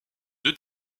deux